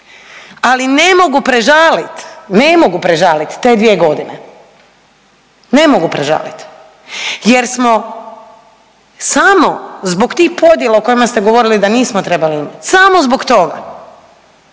Ali ne mogu prežalite, ne mogu prežalit te dvije godine, ne mogu prežalit jer smo samo zbog tih podjela o kojima ste govorili da nismo trebali … samo zbog toga